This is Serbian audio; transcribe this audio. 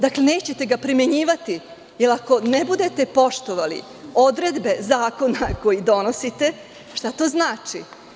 Dakle, nećete ga primenjivati, jer ako ne budete poštovali odredbe zakona koji donosite, šta to znači?